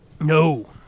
No